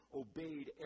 obeyed